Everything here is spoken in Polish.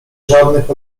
żadnych